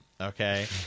okay